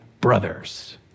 brothers